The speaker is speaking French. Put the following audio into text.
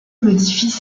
modifient